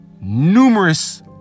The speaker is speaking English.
numerous